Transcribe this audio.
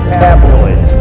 tabloid